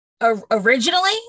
originally